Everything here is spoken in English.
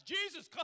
Jesus